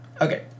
Okay